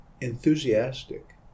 enthusiastic